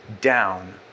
down